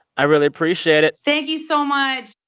i really appreciate it thank you so much